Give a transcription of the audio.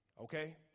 Okay